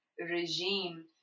regime